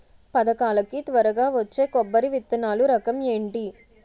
పథకాల కి త్వరగా వచ్చే కొబ్బరి విత్తనాలు రకం ఏంటి?